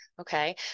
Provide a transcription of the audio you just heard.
Okay